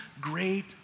great